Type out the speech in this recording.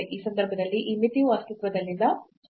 ಈ ಸಂದರ್ಭದಲ್ಲಿ ಈ ಮಿತಿಯು ಅಸ್ತಿತ್ವದಲ್ಲಿಲ್ಲ